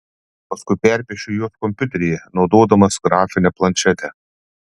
paskui perpiešiu juos kompiuteryje naudodamas grafinę planšetę